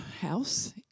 house